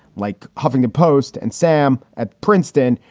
like huffington post and sam at princeton,